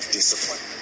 discipline